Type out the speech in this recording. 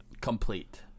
Complete